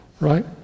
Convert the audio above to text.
right